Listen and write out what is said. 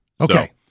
Okay